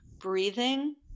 breathing